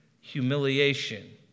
humiliation